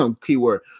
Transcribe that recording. keyword